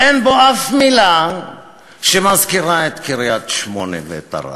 אין בו אף מילה שמזכירה את קריית-שמונה ואת ערד.